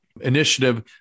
initiative